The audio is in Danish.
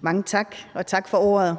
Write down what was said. Mange tak, og tak for ordet.